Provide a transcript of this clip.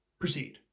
Proceed